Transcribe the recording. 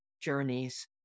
journeys